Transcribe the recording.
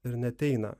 ir neateina